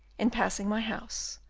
in passing my house,